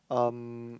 um